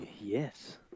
Yes